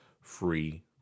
free